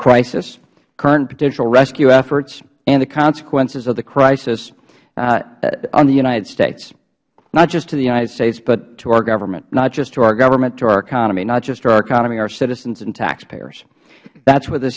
crisis current potential rescue efforts and the consequences of the crisis on the united statesh not just to the united states but to our government not just to our government to our economy not just to our economy our citizens and taxpayers that is wh